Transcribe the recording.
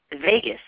Vegas